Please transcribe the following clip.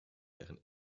deren